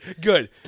good